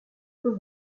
peut